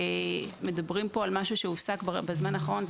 מדובר פה על משהו שהופסק בזמן האחרון.